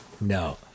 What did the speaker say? No